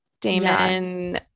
Damon